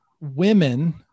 women